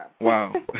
Wow